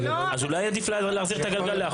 אז אולי עדיף להחזיר את הגלגל לאחור.